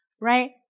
Right